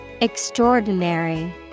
Extraordinary